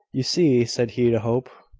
you see, said he to hope,